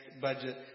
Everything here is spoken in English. budget